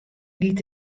giet